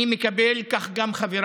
אני מקבל, כך גם חבריי,